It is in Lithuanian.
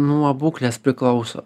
nuo būklės priklauso